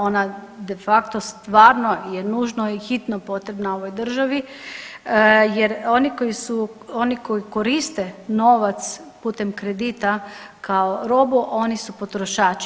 Ona de facto stvarno je nužno i hitno potrebna ovoj državi, jer oni koji koriste novac putem kredita kao robu oni su potrošači.